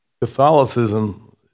Catholicism